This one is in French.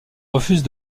refuse